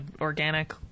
organic